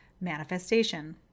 manifestation